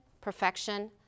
perfection